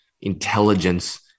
intelligence